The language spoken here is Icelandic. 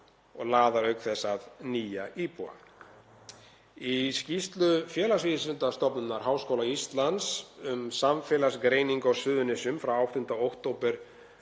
og laðar fremur að nýja íbúa. Í skýrslu Félagsvísindastofnunar Háskóla Íslands um samfélagsgreiningu á Suðurnesjum frá 8. október